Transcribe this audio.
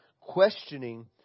questioning